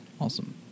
awesome